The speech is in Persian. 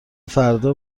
فردا